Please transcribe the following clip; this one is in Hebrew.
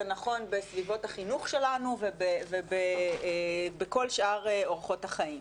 נכון בסביבות החינוך שלנו ובכל שאר אורחות החיים,